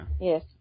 Yes